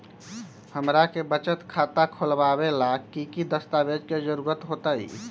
हमरा के बचत खाता खोलबाबे ला की की दस्तावेज के जरूरत होतई?